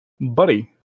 buddy